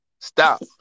Stop